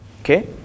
Okay